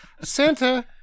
Santa